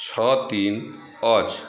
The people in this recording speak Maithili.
छओ तीन अछि